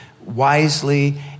wisely